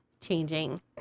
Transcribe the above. changing